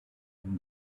and